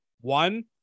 one